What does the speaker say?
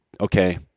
okay